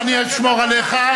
אני אשמור עליך,